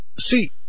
See